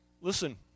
Listen